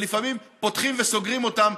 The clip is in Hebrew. ולפעמים פותחים וסוגרים אותם,